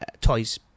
Toys